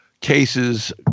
Cases